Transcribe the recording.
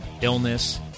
illness